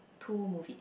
two movie